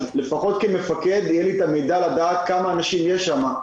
שלפחות כמפקד יהיה לי את המידע לדעת כמה אנשים יש שם.